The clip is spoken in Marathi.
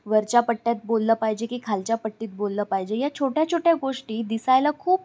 वरच्या पट्ट्यात बोललं पाहिजे की खालच्या पट्टीत बोललं पाहिजे या छोट्या छोट्या गोष्टी दिसायला खूप